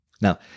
Now